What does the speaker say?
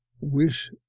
wish